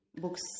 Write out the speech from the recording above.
books